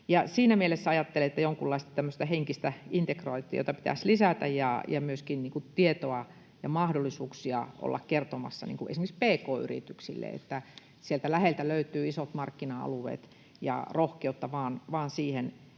siinä mielessä ajattelen, että jonkunlaista tämmöistä henkistä integraatiota pitäisi lisätä ja myöskin tietoa ja mahdollisuuksia olla kertomassa esimerkiksi pk-yrityksille, että sieltä läheltä löytyy isot markkina-alueet ja että rohkeutta vain siihen,